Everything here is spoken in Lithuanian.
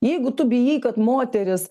jeigu tu bijai kad moteris